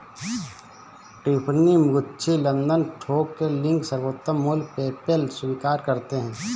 Tiffany, Gucci, London थोक के link, सर्वोत्तम मूल्य, पेपैल स्वीकार करते है